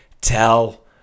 tell